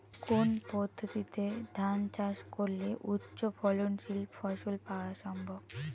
কোন পদ্ধতিতে ধান চাষ করলে উচ্চফলনশীল ফসল পাওয়া সম্ভব?